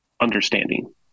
understanding